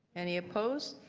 any opposed?